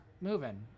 moving